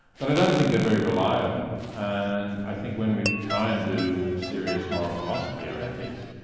but i don't think they're very reliable, and i think when we try and do serious moral philosophy or ethics,